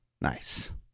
Nice